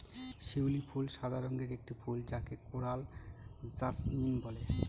শিউলি ফুল সাদা রঙের একটি ফুল যাকে কোরাল জাসমিন বলে